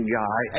guy